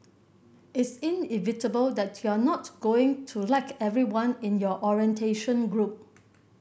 it's inevitable that you're not going to like everyone in your orientation group